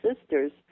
sisters